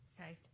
okay